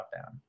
dropdown